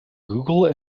google